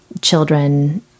children